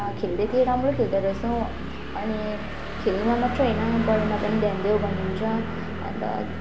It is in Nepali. खेल्दै थिएँ राम्रो खेल्दोरहेछौ अनि खेल्नुमा मात्र होइन पढाइमा पनि ध्यान देउ भन्नुहुन्छ अन्त